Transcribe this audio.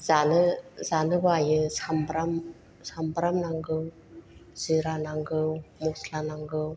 जानो जानो बायो सामब्राम सामब्राम नांगौ जिरा नांगौ मस्ला नांगौ